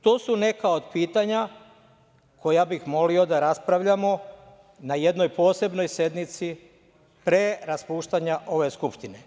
To su neka od pitanja koja bih molio da raspravljamo na jednoj posebnoj sednici pre raspuštanja ove Skupštine.